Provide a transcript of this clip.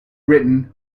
written